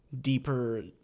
deeper